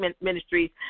ministries